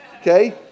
okay